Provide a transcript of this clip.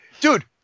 Dude